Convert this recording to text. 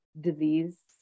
disease